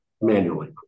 manually